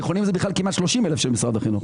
תיכונים זה כמעט 30,000 של משרד החינוך,